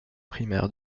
primaires